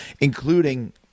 including